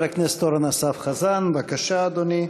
חבר הכנסת אורן אסף חזן, בבקשה, אדוני.